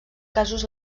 casos